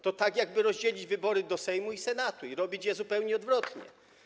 To tak jakby rozdzielić wybory do Sejmu i Senatu i robić je zupełnie odwrotnie.